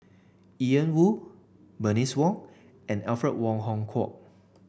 Ian Woo Bernice Ong and Alfred Wong Hong Kwok